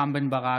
רם בן ברק,